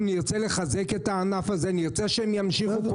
נרצה לחזק את הענף הזה ונרצה שהם ימשיכו,